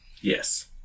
Yes